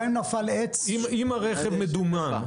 אם הרכב דומם,